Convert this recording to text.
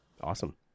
awesome